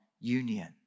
union